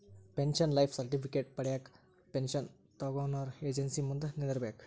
pension life certificate ಪಡ್ಯಾಕ pension ತೊಗೊನೊರ agency ಮುಂದ ನಿಂದ್ರಬೇಕ್